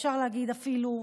אפשר להגיד אפילו,